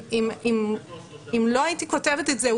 אם לא הייתי כותבת את זה,